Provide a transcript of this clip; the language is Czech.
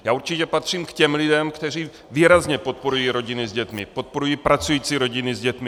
Já určitě patřím k těm lidem, kteří výrazně podporují rodiny s dětmi, podporují pracující rodiny s dětmi.